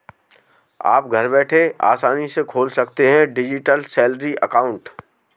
आप घर बैठे आसानी से खोल सकते हैं डिजिटल सैलरी अकाउंट